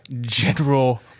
general